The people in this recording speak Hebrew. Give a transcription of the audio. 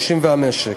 הנושים והמשק.